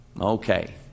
Okay